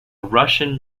russian